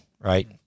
right